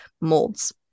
molds